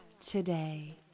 today